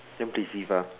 then play